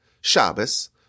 Shabbos